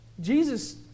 Jesus